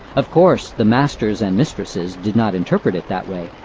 of course, the masters and mistresses did not interpret it that way,